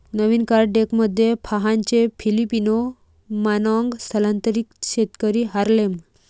नवीन card डेकमध्ये फाहानचे Filipino मानॉन्ग स्थलांतरित शेतकरी हार्लेम